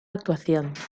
actuación